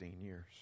years